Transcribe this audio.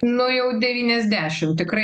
nu jau devyniasdešim tikrai